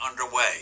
underway